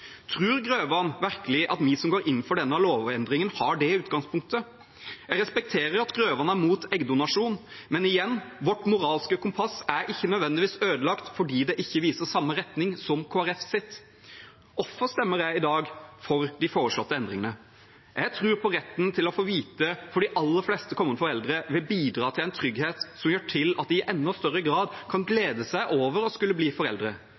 virkelig at vi som går inn for denne lovendringen, har det utgangspunktet? Jeg respekterer at Grøvan er mot eggdonasjon, men igjen: Vårt moralske kompass er ikke nødvendigvis ødelagt fordi det ikke viser samme retning som Kristelig Folkepartis. Hvorfor stemmer jeg i dag for de foreslåtte endringene? Jeg tror på at retten til å få vite for de aller fleste kommende foreldre vil bidra til en trygghet som gjør at de i enda større grad kan glede seg over å skulle bli foreldre.